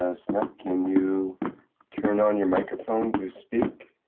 ah snep can you turn on your microphone to speak?